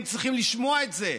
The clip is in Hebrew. הם צריכים לשמוע את זה,